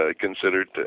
considered